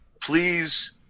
Please